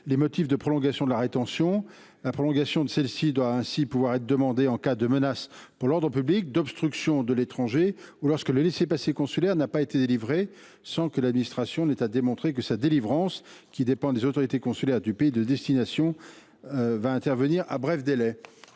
les motifs de prolongation de la rétention. Cette prolongation doit pouvoir être demandée en cas de menace pour l’ordre public ou d’obstruction volontaire de l’étranger, ou lorsque le laissez passer consulaire n’a pas été délivré, sans que l’administration ait à démontrer que sa délivrance, qui dépend des autorités consulaires du pays de destination, interviendra à bref délai.